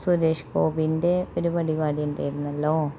സുരേഷ് ഗോപിൻറ്റെ ഒരു പരിപാടി ഉണ്ടായിരുന്നല്ലോ